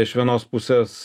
iš vienos pusės